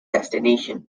destination